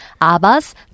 ABBA's